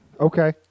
okay